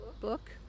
book